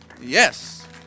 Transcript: Yes